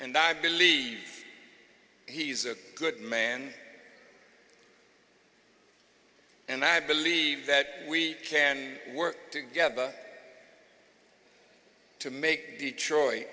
and i believe he's a good man and i believe that we can work together to make detroit